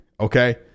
okay